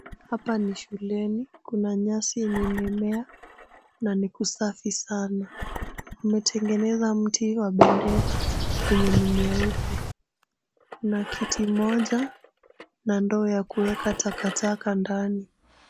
Hapa ni shuleni, kuna nyasi yenye imemea na ni kusafi sana. Kumetengeneza mti wa bendera yenye ni nyeupe. Kuna kiti moja, na ndoo ya kuweka takataka ndani.